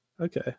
Okay